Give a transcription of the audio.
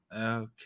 Okay